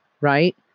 right